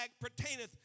pertaineth